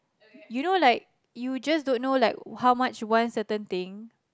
you know like you just don't know like how much one certain thing